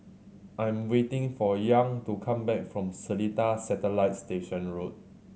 I am waiting for Young to come back from Seletar Satellite Station Road